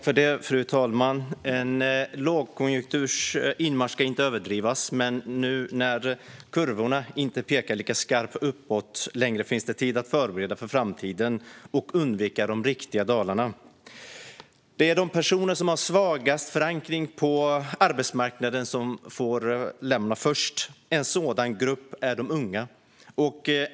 Fru talman! En lågkonjunkturs inmarsch ska inte överdrivas, men nu när kurvorna inte pekar lika skarpt uppåt längre finns det tid att förbereda för framtiden och undvika de riktiga dalarna. Det är de personer som har svagast förankring på arbetsmarknaden som får lämna först. En sådan grupp är de unga.